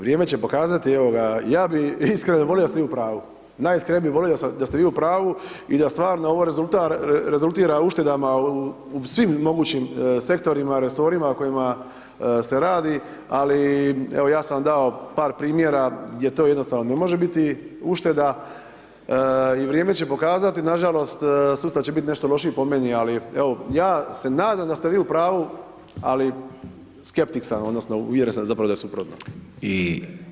Vrijeme će pokazati, evo ga, ja bi iskreno volio da ste vi u pravu, najiskrenije bi volio da ste vi u pravu i da stvarno ovo rezultira uštedama u svim mogućima sektorima, resorima o kojima se radi, ali evo, ja sam vam dao par primjera gdje to jednostavno ne može biti ušteda i vrijeme će pokazati, nažalost, sustav će biti nešto lošiji, po meni, ali evo, ja se nadam da ste vi u pravu, ali skeptik sam odnosno uvjeren sam zapravo da je suprotno.